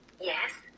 Yes